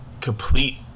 complete